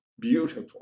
beautiful